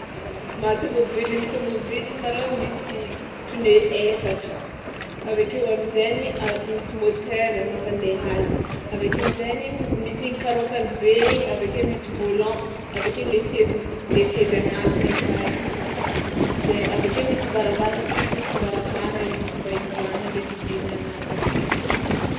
Maha-tômôbily ny tômôbily malôha misy pneu efatra, avy akeo amin-jainy misy motera mampandeha azy, avy ake amin-jainy misy iny karaokany be igny avy ake misy volant avy ake le sez- m- le seza agnatiny aka igny, zay, avy ake misy varavaragna tsy maintsy misy varavaragna izy mba iboahagna ndraiky idiragna agnaty akao.